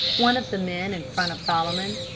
one of the men in front of solomon.